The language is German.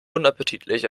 unappetitlich